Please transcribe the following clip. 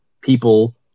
people